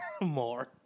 more